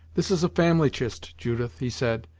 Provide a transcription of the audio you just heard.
this is a family chist, judith, he said,